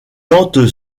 tante